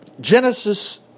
Genesis